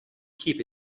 keep